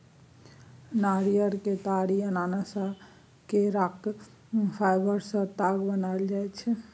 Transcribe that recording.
नारियर, केतारी, अनानास आ केराक फाइबर सँ ताग बनाएल जाइ छै